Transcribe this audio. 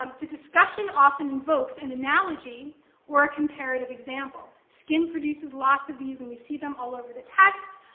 um the discussion often invokes an and analogy or a comparative example. skin produces lots of these, and we see them all over the text.